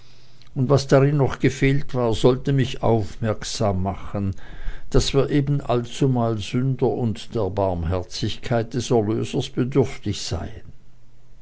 und was darin doch gefehlt war sollte mich aufmerksam machen daß wir eben allzumal sünder und der barmherzigkeit des erlösers bedürftig seien